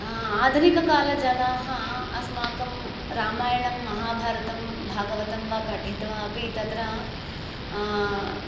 आधुनिककालजनाः अस्माकं रामायणं महाभारतं भागवतं वा पठित्वापि तत्र